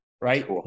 Right